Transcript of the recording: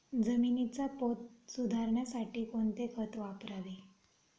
जमिनीचा पोत सुधारण्यासाठी कोणते खत वापरावे?